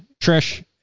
Trish